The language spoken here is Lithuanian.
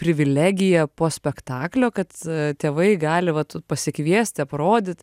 privilegija po spektaklio kad tėvai gali vat pasikviesti aprodyt